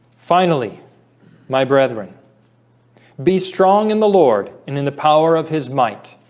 finally my brethren be strong in the lord and in the power of his might